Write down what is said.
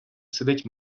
сидить